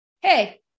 hey